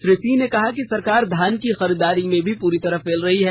श्री सिंह ने कहा कि सरकार धान की खरीदारी में भी पूरी तरह फेल रही है